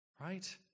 Right